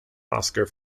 oscar